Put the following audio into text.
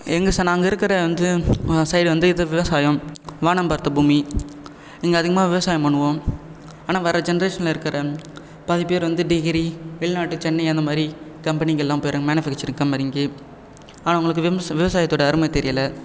எங்கள் ச நாங்கள் இருக்கிற வந்து சைட் வந்து இது விவசாயம் வானம் பார்த்த பூமி இங்கே அதிகமாக விவசாயம் பண்ணுவோம் ஆனால் வர ஜெனரேஷன்ல இருக்கிற பாதி பேர் வந்து டிகிரி வெளிநாட்டு சென்னை அந்தமாதிரி கம்பெனிங்கள்லாம் போயிறாங்க மேனுஃபாக்ச்சரிங் கம்பெனிக்கு ஆனால் அவங்களுக்கு விம்ச விவசாயத்தோட அருமை தெரியலை